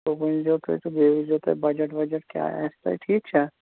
تہٕ ؤنۍ زیٚو تُہۍ تہٕ بیٚیہِ وٕچھ زیو تُہۍ بَجٹ وَجَٹ کیٛاہ آسہِ تۄہہِ ٹھیٖک چھا